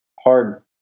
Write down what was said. hard